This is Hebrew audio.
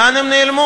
לאן הם נעלמו?